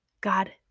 God